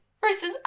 versus